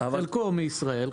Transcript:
חלקו מישראל,